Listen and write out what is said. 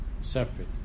separate